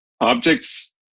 Objects